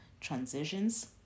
transitions